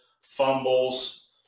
fumbles